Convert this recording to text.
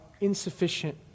insufficient